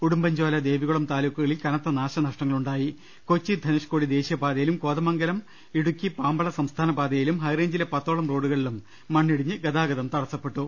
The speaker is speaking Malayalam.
ഉടുമ്പൻചോല ദേവികുളം താലൂക്കുകളിൽ കനത്ത നാശനഷ്ടങ്ങളാണുണ്ട്ടായി കൊച്ചി ധനുഷ്ക്കോടി ദേശീയപാതയിലും കോതമംഗലം ഇടുക്കി പാമ്പള സംസ്ഥാന പാതയിലും ഹൈറ്റേഞ്ചിലെ പത്തോളം റോഡുകളിലും മണ്ണിടിഞ്ഞ് ഗതാഗതം തിട്സ്സപ്പെട്ടു